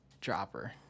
Dropper